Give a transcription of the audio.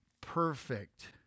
perfect